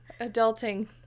Adulting